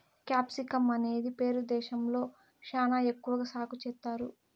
capsicum అనేది Peru దేశంలో శ్యానా ఎక్కువ సాగు చేత్తారు